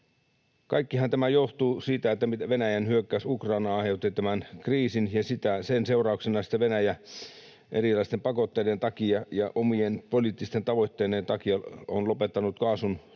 Kaikkihan tämä johtuu siitä, että Venäjän hyökkäys Ukrainaan aiheutti tämän kriisin ja sen seurauksena sitten Venäjä erilaisten pakotteiden takia ja omien poliittisten tavoitteiden takia on lopettanut kaasun tuonnin